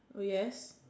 oh yes